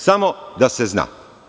Samo da se zna.